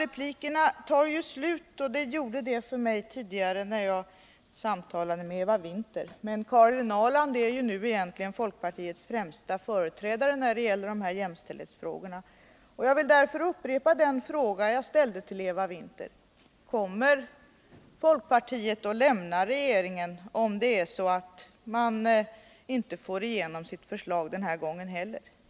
Replikerna tar ju slut, och de gjorde det för mig tidigare när jag samtalade med Eva Winther. Men Karin Ahrland är ju nu egentligen folkpartiets främsta företrädare när det gäller jämställdhetsfrågorna, och jag vill därför upprepa den fråga jag ställde till Eva Winther: Kommer folkpartiet att lämna regeringen om det är så att man inte får igenom sitt förslag denna gång heller?